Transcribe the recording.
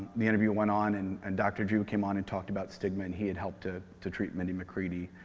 the interview went on and and dr. drew came on and talked about stigma, and he had helped to to treat mindy mcready.